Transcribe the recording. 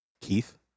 Keith